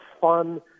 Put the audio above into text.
fun